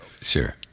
Sure